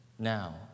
Now